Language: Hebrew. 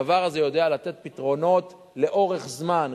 הדבר הזה יודע לתת פתרונות לאורך זמן,